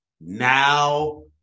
now